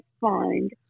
find